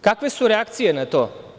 Kakve su reakcije na to?